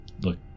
look